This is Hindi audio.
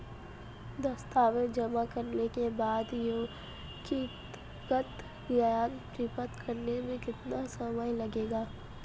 दस्तावेज़ जमा करने के बाद व्यक्तिगत ऋण प्राप्त करने में कितना समय लगेगा?